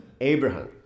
Abraham